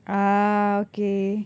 ah okay